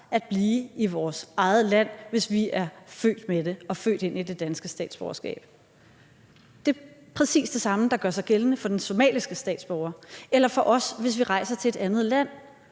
at blive i vores eget land, hvis vi er født med det og er født ind i det danske statsborgerskab. Det er præcis det samme, der gør sig gældende for den somaliske statsborger som for os, hvis vi rejser til et andet land.